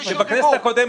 סיעת יש עתיד?